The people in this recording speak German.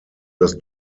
das